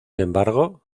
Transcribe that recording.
embargo